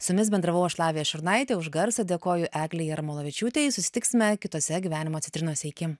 su jumis bendravau lavija šurnaitė už garsą dėkoju eglei jarmolavičiūtei susitiksime kitose gyvenimo citrinose iki